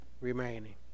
remaining